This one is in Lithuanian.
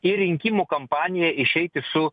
į rinkimų kampaniją išeiti su